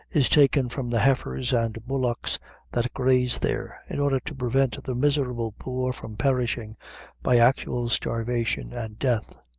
is taken from the heifers and bullocks that graze there, in order to prevent the miserable poor from perishing by actual starvation and death.